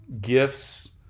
gifts